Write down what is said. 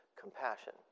compassion